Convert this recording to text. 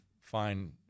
fine